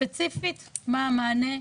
ספציפית מה המענה.